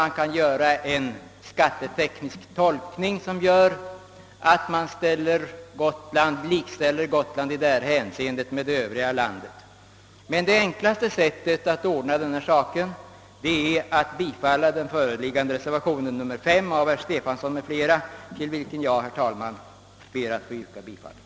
Man kan göra en skatteteknisk tolkning, som innebär att Gotland i detta hänseende likställes med övriga delar av landet. Men det enklaste sättet att ordna saken är att bifalla den föreliggande reservationen nr 5 av herr Stefanson m.fl., till vilken jag, herr talman, ber att få yrka bifall.